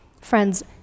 Friends